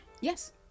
Yes